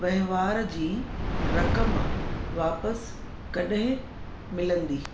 वहिंवार जी रक़म वापसि कॾहिं मिलंदी